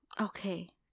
okay